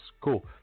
Cool